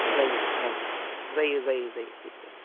जायो ओं जायो जायो बिदि जागोन